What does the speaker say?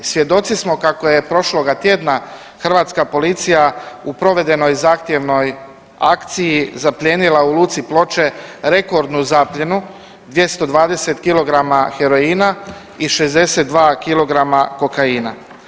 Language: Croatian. Svjedoci smo kako je prošloga tjedna hrvatska policija u provedenoj zahtjevnoj akciji zaplijenila u luci Ploče rekordnu zapljenu 220 kg heroina i 62 kg kokaina.